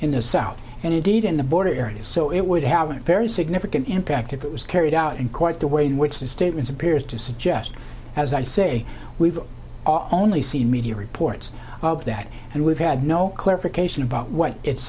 in the south and indeed in the border areas so it would have a very significant impact if it was carried out in quite the way in which the statement appears to suggest as i say we've only seen media reports of that and we've had no clarification about what it's